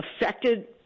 affected